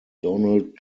donald